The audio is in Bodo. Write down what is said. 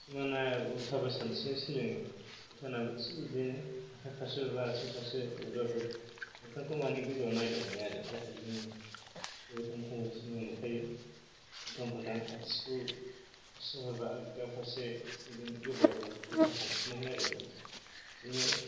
सोरनाबा उल्थाबो सानस्रिनो सोलोङो सोरनाबा थिग बिदिनो आखाय फारसेलबा आथिं फारसे बुब्राबो मोखांखौ मानि गोजौआव नायदावनाय आरो गाहायजों नङा जेरेखम कम्पिटिशन आव नुखायो उलथां फालथां आगसिखौ थिखांहरबा आगदा फारसे आथिंजों जोब्राबो उल्था सानस्रिनाय आरो बिदिनो